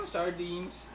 Sardines